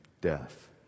death